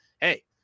hey